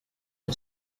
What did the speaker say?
que